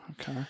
Okay